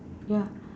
ya